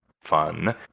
fun